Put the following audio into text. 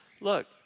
look